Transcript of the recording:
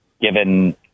given